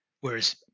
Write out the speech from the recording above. whereas